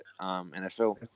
NFL